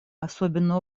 особенно